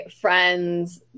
friends